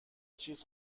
چیز